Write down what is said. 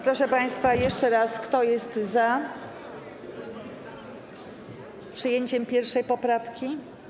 Proszę państwa, jeszcze raz: Kto jest za przyjęciem 1. poprawki?